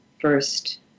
first